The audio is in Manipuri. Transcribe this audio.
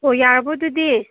ꯑꯣ ꯌꯥꯔꯕꯣ ꯑꯗꯨꯗꯤ